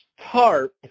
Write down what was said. tarp